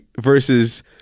versus